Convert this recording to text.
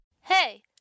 Hey